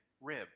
rib